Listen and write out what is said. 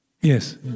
Yes